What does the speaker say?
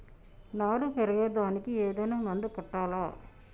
నారు పెరిగే దానికి ఏదైనా మందు కొట్టాలా?